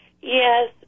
Yes